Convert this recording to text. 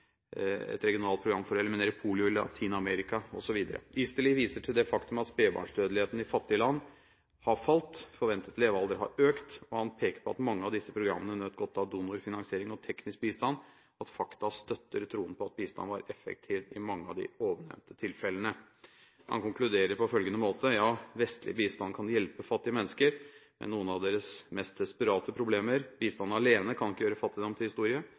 et regionalt program for å eliminere polio i Latin-Amerika, osv. Easterly viser til det faktum at spedbarnsdødeligheten i fattige land har falt. Forventet levealder har økt. Han peker på at mange av disse programmene har nytt godt av donorfinansiering og teknisk bistand, og at fakta støtter troen på at bistanden var effektiv i mange av de ovennevnte tilfellene. Han konkluderer på følgende måte: Ja, vestlig bistand kan hjelpe fattige mennesker med noen av deres mest desperate problemer. Videre: Bistand alene kan ikke gjøre fattigdom til historie.